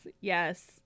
Yes